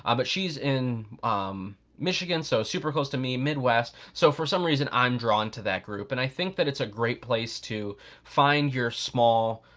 um but she's in michigan, so super close to me, midwest. so, for some reason, i'm drawn to that group and i think that it's a great place to find your small,